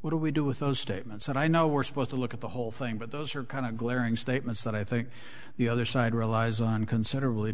what do we do with those statements and i know we're supposed to look at the whole thing but those are kind of glaring statements that i think the other side relies on considerably